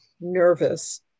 nervous